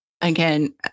again